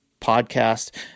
podcast